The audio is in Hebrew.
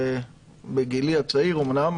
בגילי הצעיר אומנם,